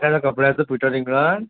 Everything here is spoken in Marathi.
आपल्याला कपड्याचं पिटर इंग्लंड